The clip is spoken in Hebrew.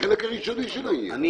החלק הראשוני של --- לא, לא.